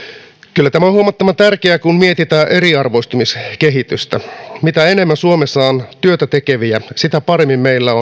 kyllä tämä on huomattavan tärkeää kun mietitään eriarvoistumiskehitystä mitä enemmän suomessa on työtä tekeviä sitä paremmin meillä